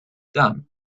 done